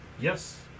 Yes